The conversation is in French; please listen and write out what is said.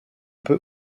peut